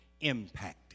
impacted